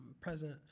present